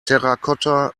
terracotta